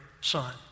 son